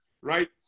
right